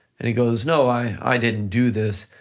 and he goes, no, i didn't do this,